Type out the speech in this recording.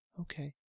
Okay